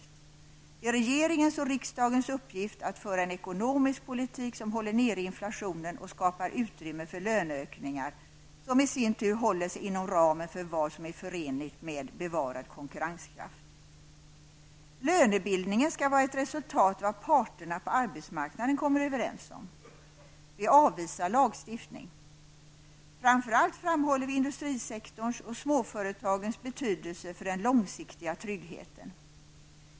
Det är regeringens och riksdagens uppgift att föra en ekonomisk politik som håller nere inflationen och skapar utrymme för löneökningar, som i sin tur håller sig inom ramen för vad som är förenligt med bevarad konkurrenskraft. Lönebildningen skall vara ett resultat av vad parterna på arbetsmarknaden kommer överens om. Vi avvisar lagstiftning. Framför allt framhåller vi industrisektorns och småföretagens betydelse för den långsiktiga tryggheten.